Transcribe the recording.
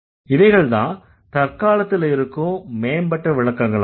இவைகள்தான் தற்காலத்தில் இருக்கும் மேம்பட்ட விளக்கங்களாகும்